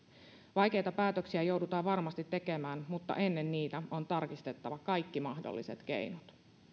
vaikeita päätöksiä joudutaan varmasti tekemään mutta ennen niitä on tarkistettava kaikki mahdolliset keinot